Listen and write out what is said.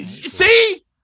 see